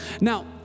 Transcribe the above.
Now